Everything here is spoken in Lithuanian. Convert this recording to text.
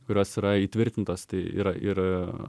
kurios yra įtvirtintos tai yra ir